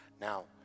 Now